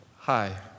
Hi